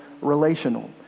relational